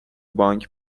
بانک